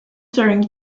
starring